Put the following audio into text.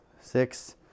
six